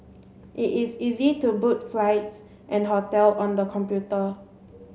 it is easy to book flights and hotel on the computer